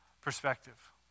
perspective